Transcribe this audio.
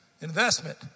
Investment